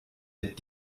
mit